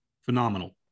Phenomenal